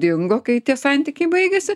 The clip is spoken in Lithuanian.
dingo kai tie santykiai baigėsi